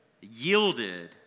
yielded